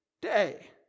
day